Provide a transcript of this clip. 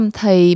thì